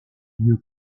lieu